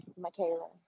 Michaela